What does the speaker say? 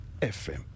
FM